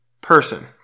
person